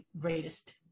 greatest